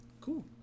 cool